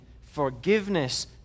forgiveness